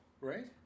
right